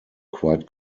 quite